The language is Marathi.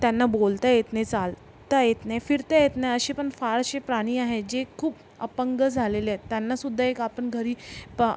त्यांना बोलता येत नाही चालता येत नाही फिरता येत नाही अशी पण फारसे प्राणी आहेत जे खूप अपंग झालेले आहेत त्यांनासुद्धा एक आपण घरी पा